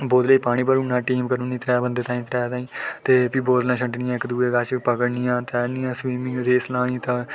बोतलें च पानी भरी ओड़ना टीम करी ओड़नी त्रैऽ बंदे ते फ्ही बोतलां छडनियां इक दूए कश ओह् पकड़नियां